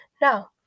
Now